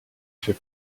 fait